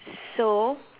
so